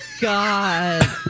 god